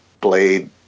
blade